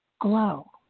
glow